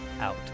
out